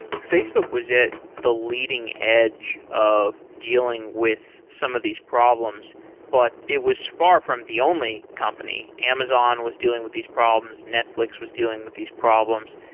facebook was at the leading edge of dealing with some of these problems, but it was far from the only company. amazon was dealing with these problems. netflix was dealing with these problems.